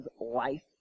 life